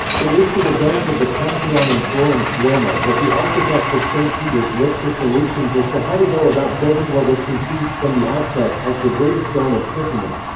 it was to the domes of the pantheon and florence duomo that the architects of st. peter's looked for solutions as to how to go about building what was conceived, from the outset, as the greatest dome of christendom.